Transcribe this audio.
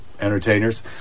entertainers